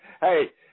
Hey